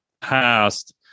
past